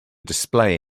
display